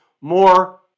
more